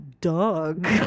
dog